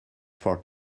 four